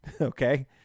Okay